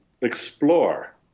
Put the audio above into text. explore